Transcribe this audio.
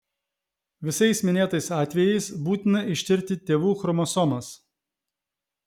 visais minėtais atvejais būtina ištirti tėvų chromosomas